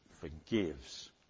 forgives